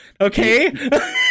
Okay